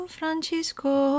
Francisco